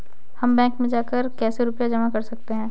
हम बैंक में जाकर कैसे रुपया जमा कर सकते हैं?